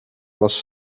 was